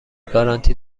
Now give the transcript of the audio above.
گارانتی